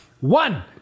One